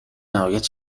نهایت